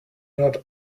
not